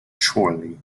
chorley